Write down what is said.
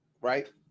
right